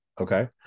Okay